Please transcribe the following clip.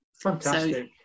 fantastic